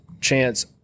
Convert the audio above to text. chance